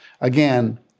Again